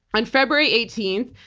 on february eighteen,